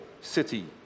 city